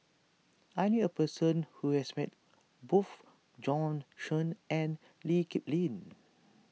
I knew a person who has met both Bjorn Shen and Lee Kip Lin